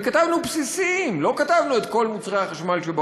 הם לא קיבלו את הכיור.